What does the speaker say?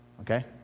okay